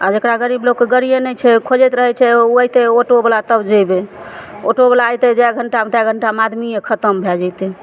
आओर जकरा गरीब लोकके गाड़िये नहि छै खोजैत रहय छै अइतय ओटोवला तब जेबय ओटोवला अइतय जाहि घण्टामे ताहि घण्टामे आदमीये खतम भए जेतय